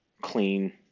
clean